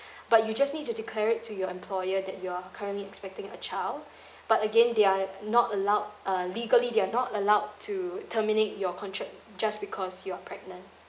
but you just need to declare to your employer that you're currently expecting a child but again they are not allowed uh legally they are not allowed to terminate your contract just because you are pregnant